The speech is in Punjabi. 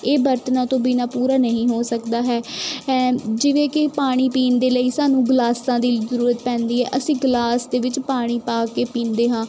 ਇਹ ਬਰਤਨਾਂ ਤੋਂ ਬਿਨ੍ਹਾਂ ਪੂਰਾ ਨਹੀਂ ਹੋ ਸਕਦਾ ਹੈ ਹੈ ਜਿਵੇਂ ਕਿ ਪਾਣੀ ਪੀਣ ਦੇ ਲਈ ਸਾਨੂੰ ਗਲਾਸਾਂ ਦੀ ਜ਼ਰੂਰਤ ਪੈਂਦੀ ਹੈ ਅਸੀਂ ਗਲਾਸ ਦੇ ਵਿੱਚ ਪਾਣੀ ਪਾ ਕੇ ਪੀਂਦੇ ਹਾਂ